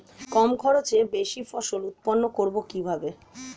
কম খরচে বেশি ফসল উৎপন্ন করব কিভাবে?